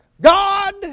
God